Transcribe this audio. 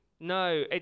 No